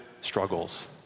struggles